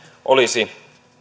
olisi